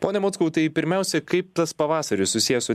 pone mockau tai pirmiausia kaip tas pavasaris susijęs su